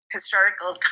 historical